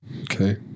Okay